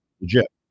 Legit